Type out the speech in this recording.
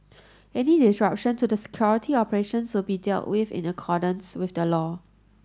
any disruption to the security operations will be dealt with in accordance with the law